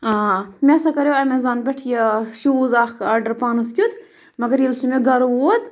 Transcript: آ مےٚ سا کَریو ایمیزان پٮ۪ٹھ یہِ شوٗز اکھ آرڈر پانَس کیُتھ مَگر ییٚلہِ سُہ مےٚ گرٕ ووت